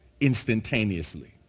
instantaneously